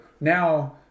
Now